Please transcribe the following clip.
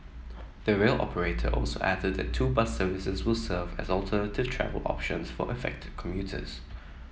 the rail operator also added that two bus services will serve as alternative travel options for affected commuters